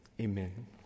Amen